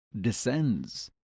descends